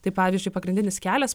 tai pavyzdžiui pagrindinis kelias